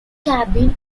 cabin